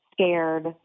scared